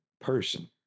person